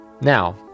Now